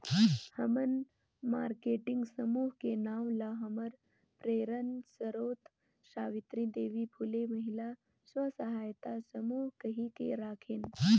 हमन मारकेटिंग समूह के नांव ल हमर प्रेरन सरोत सावित्री देवी फूले महिला स्व सहायता समूह कहिके राखेन